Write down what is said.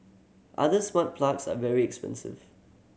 other smart plugs are very expensive